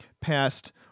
past